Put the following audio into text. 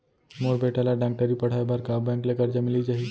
मोर बेटा ल डॉक्टरी पढ़ाये बर का बैंक ले करजा मिलिस जाही?